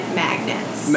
magnets